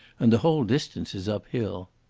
and the whole distance is uphill.